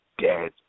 dead